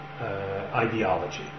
ideology